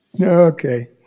okay